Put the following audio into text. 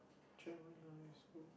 very nice who